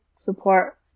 support